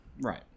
Right